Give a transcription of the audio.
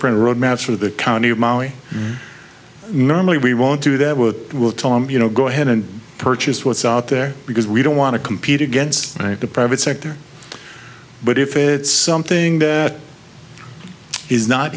print road maps for the county of mali normally we won't do that what will tell them you know go ahead and purchase what's out there because we don't want to compete against the private sector but if it's something that is not